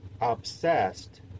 obsessed